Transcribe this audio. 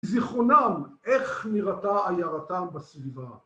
זיכרונם איך נראתה עירתם בסביבה.